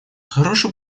хороший